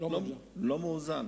בכלל לא מאוזן.